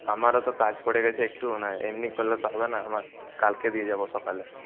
আমারও তো কাজ পড়ে গেছে একটু এমনি করলে তো হবে না আমার কালকে দিয়ে যাব সকালে